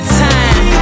time